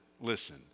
listen